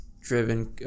driven